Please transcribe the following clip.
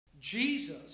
Jesus